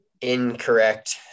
incorrect